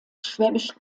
schwäbisch